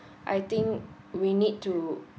I think we need to